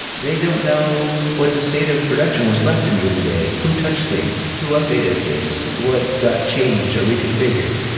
they don't know what the state of production was left in during the day. who touched things? who updated things? what got changed or reconfigured?